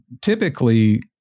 typically